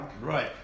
Right